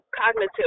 cognitive